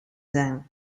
zijn